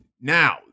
Now